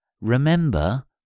Remember